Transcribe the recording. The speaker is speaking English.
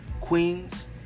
queens